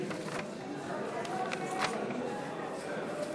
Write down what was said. היום: הזמן קצר,